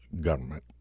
government